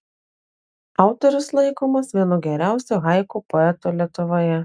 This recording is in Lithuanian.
autorius laikomas vienu geriausiu haiku poetų lietuvoje